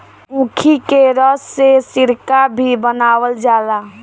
ऊखी के रस से सिरका भी बनावल जाला